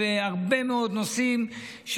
בהרבה מאוד נושאים,